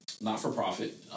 Not-for-profit